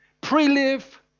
pre-live